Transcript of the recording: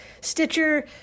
Stitcher